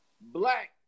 black